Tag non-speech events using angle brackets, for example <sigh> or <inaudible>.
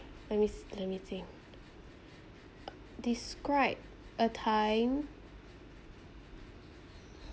let me th~ let me think <noise> describe a time